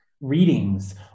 readings